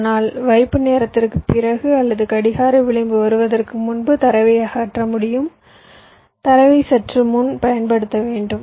அனால் வைப்பு நேரத்திற்குப் பிறகு அல்லது கடிகார விளிம்பு வருவதற்கு முன்பு தரவை அகற்ற முடியும் தரவை சற்று முன் பயன்படுத்த வேண்டும்